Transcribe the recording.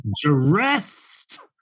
dressed